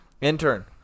intern